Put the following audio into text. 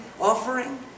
offering